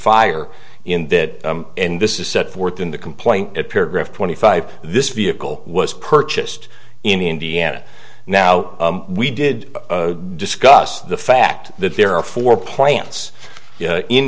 fire in that in this is set forth in the complaint at paragraph twenty five this vehicle was purchased in indiana now we did discuss the fact that there are four points in